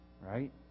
Right